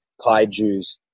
Kaijus